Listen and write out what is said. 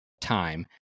time